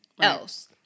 else